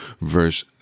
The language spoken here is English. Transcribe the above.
verse